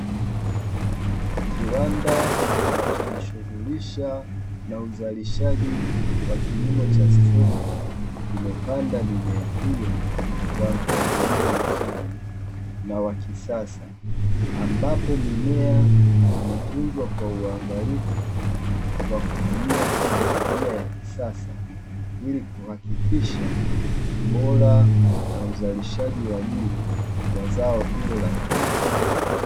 Kiwanda cha shugulisha na uzalishaji wa kilimo chamepanda mimea hiyo kwa mpangilio nawa kisasa, ambapo mimea kwa uangalifu kwa kutumia teknolojia ya kisasa, ili kuhakikisha ubora na uzalishaji wa dini wa zao hili la kibiashara.